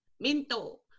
Minto